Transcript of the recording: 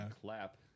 clap